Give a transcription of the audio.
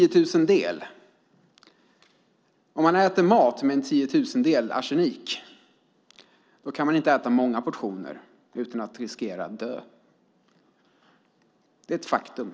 Om man äter mat med en tiotusendel arsenik kan man inte äta många portioner utan att riskera att dö. Det är ett faktum.